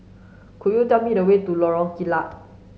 could you tell me the way to Lorong Kilat